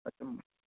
اچھا